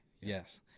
Yes